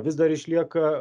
vis dar išlieka